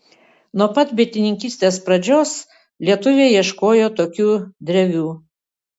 nuo pat bitininkystės pradžios lietuviai ieškojo tokių drevių